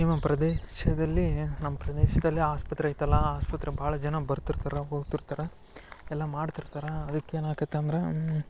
ನಿಮ್ಮ ಪ್ರದೇಶದಲ್ಲಿ ನಮ್ಮ ಪ್ರದೇಶದಲ್ಲಿ ಆಸ್ಪತ್ರೆ ಐತಲ್ಲಾ ಆ ಆಸ್ಪತ್ರೆಗೆ ಭಾಳ ಜನ ಬರ್ತಿರ್ತಾರೆ ಹೋಗ್ತಿರ್ತಾರ ಎಲ್ಲ ಮಾಡ್ತಿರ್ತರಾ ಅದಕ್ಕೇನು ಆಕ್ಯತಂದ್ರಾ